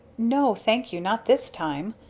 no, thank you not this time.